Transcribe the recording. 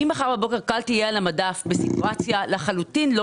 ממחר בבוקר כאל תהיה על המדף בסיטואציה לחלוטין לא